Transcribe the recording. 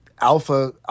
alpha